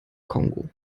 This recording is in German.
kongo